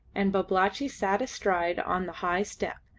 and babalatchi sat astride on the high step,